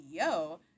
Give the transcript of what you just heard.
CEO